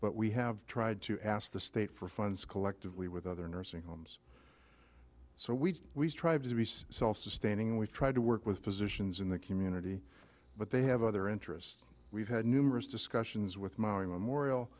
but we have tried to ask the state for funds collectively with other nursing homes so we we strive to be self sustaining we try to work with physicians in the community but they have other interests we've had numerous discussions with mowing memorial